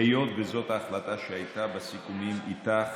היות שזאת ההחלטה שהייתה בסיכומים איתך,